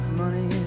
money